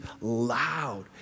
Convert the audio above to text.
loud